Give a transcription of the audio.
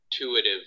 intuitive